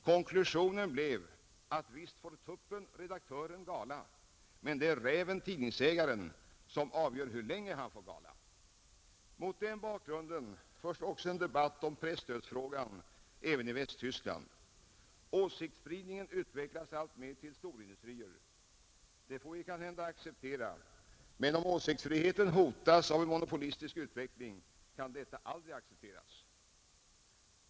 Konklusionen blev att visst får tuppen-redaktören gala, men det är räven-tidningsägaren som avgör hur länge han får gala. Mot den bakgrunden förs en debatt om presstödsfrågan även i Västtyskland. Åsiktsspridningen utvecklas alltmer till storindustrier. Det får vi kanske acceptera. Men om åsiktsfriheten hotas av en monopolistisk utveckling kan detta aldrig accepteras.